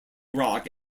rock